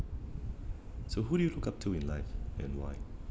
so who do you look up to in life and why